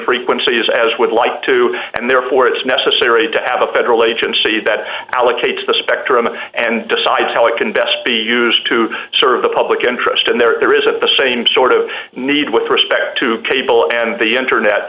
frequencies as would like to and therefore it's necessary to have a federal agency that allocates the spectrum and decides how it can best be used to serve the public interest and there is at the same sort of need with respect to cable and the internet